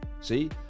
see